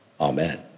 Amen